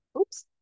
oops